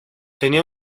tenía